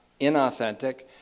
inauthentic